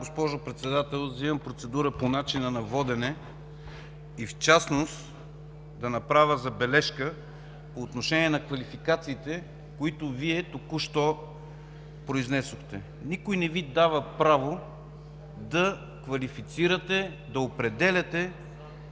госпожо Председател, взимам процедура по начина на водене и в частност да направя забележка по отношение на квалификациите, които Вие току-що произнесохте. Никой не Ви дава право да квалифицирате, да определяте